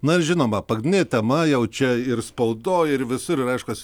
na ir žinoma pagrindinė tema jau čia ir spaudoj ir visur ir aišku